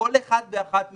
כל אחד ואחד מאתנו,